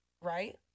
Right